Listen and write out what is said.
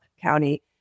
County